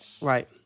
Right